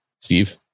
Steve